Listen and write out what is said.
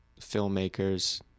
filmmakers